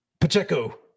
Pacheco